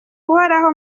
uhoraho